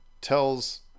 tells